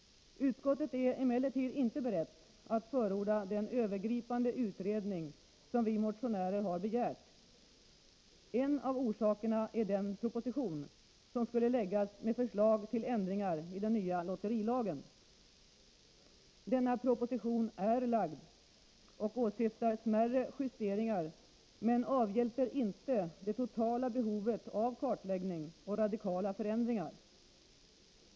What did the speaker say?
Utskottet är emellertid inte berett att förorda den övergripande utredning som vi motionärer begärt. En av orsakerna är den proposition, som skulle framläggas med förslag till ändringar i den nya lotterilagen. Denna proposition är nu framlagd och åsyftar smärre justeringar men avhjälper inte det totala behovet av kartläggning och radikala förändringar.